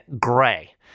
Gray